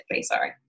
sorry